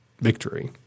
victory